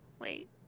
Wait